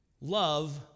love